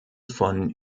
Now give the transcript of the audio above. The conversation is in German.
von